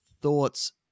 thoughts